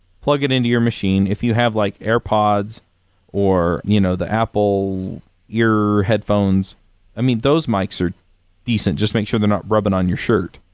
plug it into your machine. if you have like airpods or you know the apple ear headphones i mean, those mics are decent. just make sure they're not rubbing on your shirt.